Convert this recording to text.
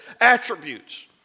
attributes